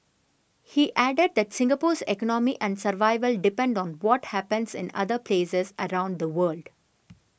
he added that Singapore's economy and survival depend on what happens in other places around the world